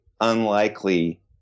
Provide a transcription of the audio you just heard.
unlikely